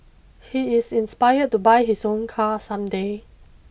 he is inspired to buy his own car some day